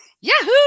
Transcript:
Yahoo